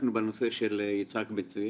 התעסקנו בנושא של יצחק בן צבי.